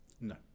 No